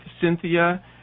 Cynthia